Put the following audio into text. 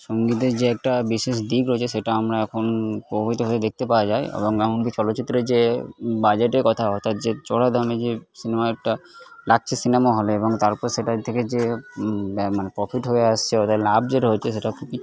সংগীতের যে একটা বিশেষ দিক রয়েছে সেটা আমরা এখন দেখতে পাওয়া যায় এবং এমন কি চলচ্চিত্রের যে বাজেটের কথা অর্থাৎ যে চড়া দামে যে সিনেমাটা লাগছে সিনেমা হলে এবং তারপর সেটার থেকে যে মানে প্রফিট হয়ে আসছে অর্থাৎ লাভ যেটা হচ্ছে সেটা খুবই